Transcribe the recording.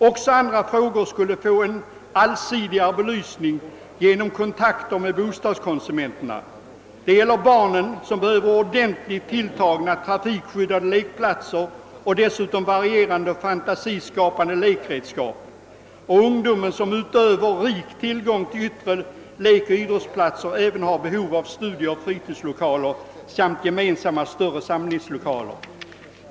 Också andra frågor skulle få en allsidig belysning genom kontakter med bostadskonsumenterna. Det gäller barnen, som behöver ordentligt tilltagna, trafikskyddade lekplatser och dessutom varierande och fantasiskapande lekredskap, och ungdomen, som utöver rik tillgång till yttre lekoch idrottsplatser även har behov av studieoch fritidslokaler samt gemensamma =<:större samlingslokaler.